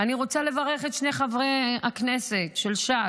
אני רוצה לברך את שני חברי הכנסת של ש"ס,